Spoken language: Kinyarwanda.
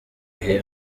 bihe